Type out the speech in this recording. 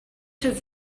his